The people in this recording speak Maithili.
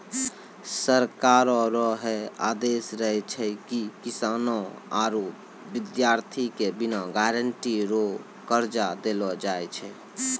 सरकारो रो है आदेस रहै छै की किसानो आरू बिद्यार्ति के बिना गारंटी रो कर्जा देलो जाय छै